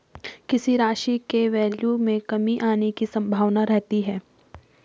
किसी राशि के वैल्यू में कमी आने की संभावना रहती है